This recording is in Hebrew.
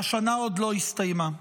והשנה עוד לא הסתיימה.